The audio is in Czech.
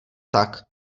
tak